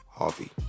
Harvey